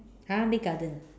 !huh! Lei garden ah